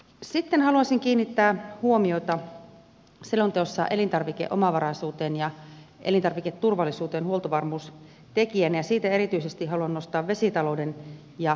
sitten haluaisin kiinnittää huomiota selonteossa elintarvikeomavaraisuuteen ja elintarviketurvallisuuteen huoltovarmuustekijänä ja siitä erityisesti haluan nostaa vesitalouden ja kalatalouden